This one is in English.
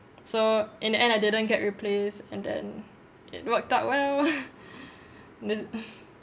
so in the end I didn't get replaced and then it worked out well this